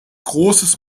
großes